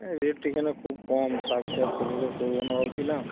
rate তো এখানে খুব কম শাক চাষ এবছর করবো না ভাবছিলাম